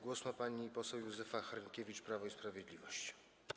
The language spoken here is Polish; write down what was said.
Głos ma pani poseł Józefa Hrynkiewicz, Prawo i Sprawiedliwość.